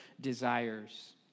desires